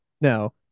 No